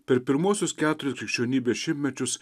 per pirmuosius keturis krikščionybės šimtmečius